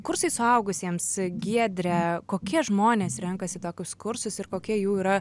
kursai suaugusiems giedre kokie žmonės renkasi tokius kursus ir kokie jų yra